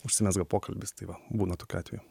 užsimezga pokalbis tai va būna tokių atvejų